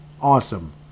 awesome